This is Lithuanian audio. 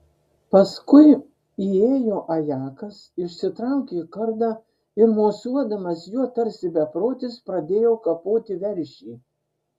paskui įėjo ajakas išsitraukė kardą ir mosuodamas juo tarsi beprotis pradėjo kapoti veršį